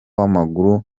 w’amaguru